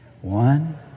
One